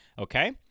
okay